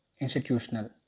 institutional